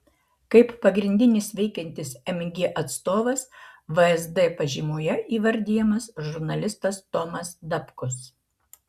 kaip pagrindinis veikiantis mg atstovas vsd pažymoje įvardijamas žurnalistas tomas dapkus